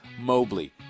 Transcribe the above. Mobley